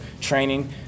training